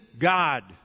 God